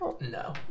No